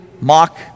mock